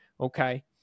Okay